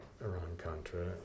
Iran-Contra